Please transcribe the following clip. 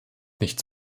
nichts